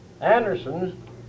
Anderson's